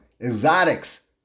Exotics